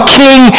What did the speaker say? king